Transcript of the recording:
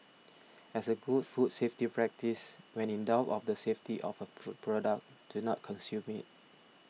as a good food safety practice when in doubt of the safety of a food product do not consume it